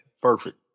perfect